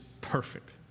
perfect